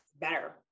better